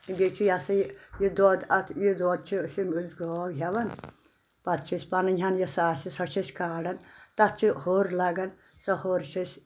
بییہِ چھِ یہ ہسا یہِ یہِ دۄد اَتھ یہِ دۄد أسۍ چھن أسۍ گٲو ہیوان پتہٕ چھِ أسۍ پننۍ ہن یۄس آسہِ سۄ چھِ أسۍ کارن تتھ چھِ ۂر لگان سۄ ۂر چھِ أسۍ